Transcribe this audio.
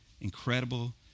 incredible